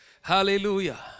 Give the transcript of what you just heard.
Hallelujah